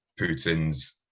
putin's